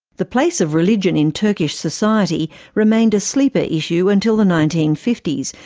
the place of religion in turkish society remained a sleeper issue until the nineteen fifty s,